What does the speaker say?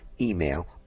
email